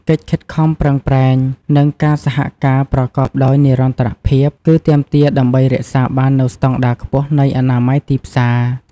កិច្ចខិតខំប្រឹងប្រែង និងការសហការប្រកបដោយនិរន្តរភាពគឺទាមទារដើម្បីរក្សាបាននូវស្តង់ដារខ្ពស់នៃអនាម័យទីផ្សារ។